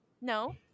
no